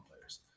players